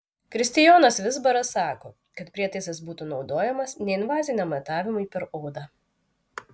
kristijonas vizbaras sako kad prietaisas būtų naudojamas neinvaziniam matavimui per odą